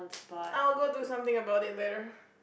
I will go to something about it whether